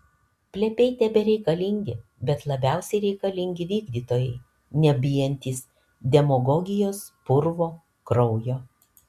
plepiai tebereikalingi bet labiausiai reikalingi vykdytojai nebijantys demagogijos purvo kraujo